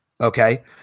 okay